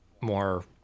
more